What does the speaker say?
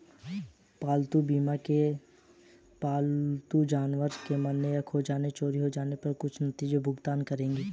पालतू बीमा के अंतर्गत पालतू जानवर के मरने, खो जाने, चोरी हो जाने पर कुछ नीतियां भुगतान करेंगी